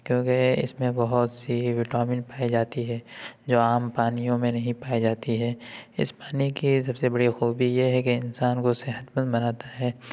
کیونکہ اس میں بہت سی وٹامن پائی جاتی ہے جو عام پانیوں میں نہیں پائی جاتی ہے اس پانی کی سب سے بڑی خوبی یہ ہے کہ انسان کو صحت مند بناتا ہے